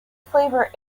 flavour